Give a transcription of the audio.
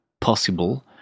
possible